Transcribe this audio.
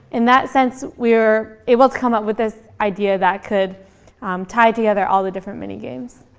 in that sense, we were able to come up with this idea that could tie together all the different minigames.